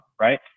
right